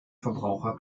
verbraucher